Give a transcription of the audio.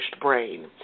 brain